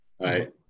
right